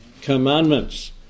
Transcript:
commandments